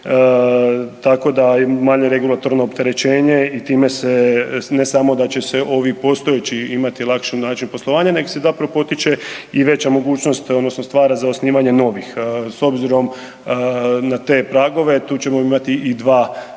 tako da je manje regulatorno opterećenje i time se ne samo da će se ovi postojeći imati lakši način poslovanja nego se zapravo potiče i veća mogućnost odnosno stvara za osnivanje novih. S obzirom na te pragove tu ćemo imati i dva nova